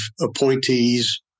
appointees